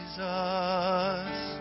Jesus